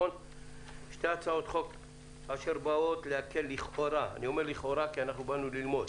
שתי הצעות חוק אשר באות להקל לכאורה אני אומר "לכאורה" כי באנו ללמוד